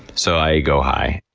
so i go high.